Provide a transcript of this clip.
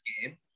game